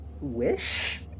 Wish